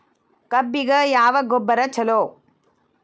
ಕಬ್ಬಿಗ ಯಾವ ಗೊಬ್ಬರ ಛಲೋ?